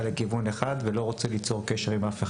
לכיוון אחד ולא רוצה ליצור קשר עם אף אחד.